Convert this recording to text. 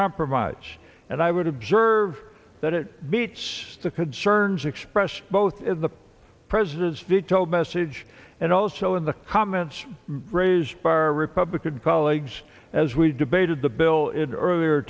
compromise and i would observe that it meets the concerns expressed both in the president's veto message and also in the comments raised by our republican colleagues as we debated the bill in earlier